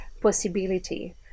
possibility